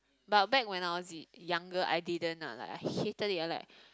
but back when I was y~ younger I didn't ah like I hated it I like